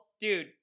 dude